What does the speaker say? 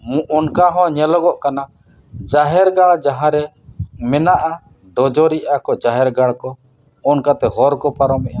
ᱚᱱᱠᱟ ᱦᱚᱸ ᱧᱮᱞᱚᱜᱚᱜ ᱠᱟᱱᱟ ᱡᱟᱦᱮᱨ ᱜᱟᱲ ᱡᱟᱦᱟᱸ ᱨᱮ ᱢᱮᱱᱟᱜᱼᱟ ᱰᱚᱡᱚᱨᱮᱜᱼᱟ ᱠᱚ ᱡᱟᱦᱮᱨ ᱜᱟᱲ ᱠᱚ ᱚᱱᱠᱟᱛᱮ ᱦᱚᱨ ᱠᱚ ᱯᱟᱨᱚᱢᱮᱜᱼᱟ